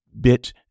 bit